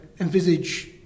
envisage